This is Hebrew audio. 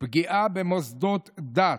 פגיעה במוסדות דת.